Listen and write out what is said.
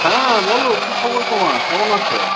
হ্যাঁ বল কি খবর তোমার কেমন আছ